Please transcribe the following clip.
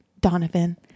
donovan